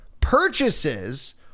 purchases